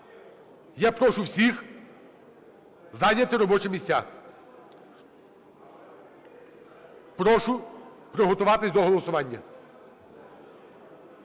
Я прошу всіх зайняти робочі місця. Прошу приготуватись до голосування.